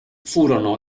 furono